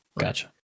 Gotcha